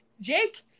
Jake